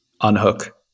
unhook